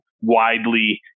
widely